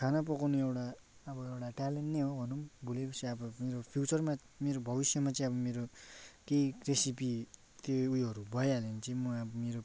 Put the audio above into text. खाना पकाउने एउटा अब एउटा ट्यालेन्ट नै हो भनौँ भोलि पर्सी अब फ्युचरमा मेरो भविष्यमा चाहिँ अब मेरो केही रेसिपी त्यो उयोहरू भइहाल्यो भने चाहिँ म अब मेरो